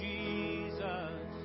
Jesus